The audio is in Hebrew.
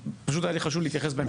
היה לי חשוב להתייחס,